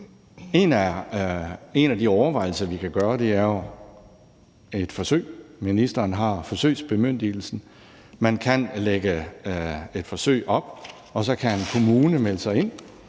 En af de overvejelser, vi kan gøre os, er jo at lave et forsøg; ministeren har forsøgsbemyndigelsen. Man kan lægge et forsøg op, og så kan en kommune melde sig ind,